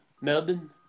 Melbourne